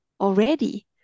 already